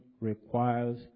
requires